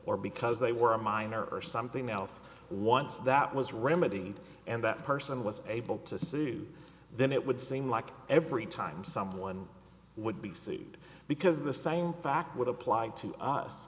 or because they were a minor or something else once that was remedied and that person was able to sue then it would seem like every time someone would be sued because of the same fact would apply to us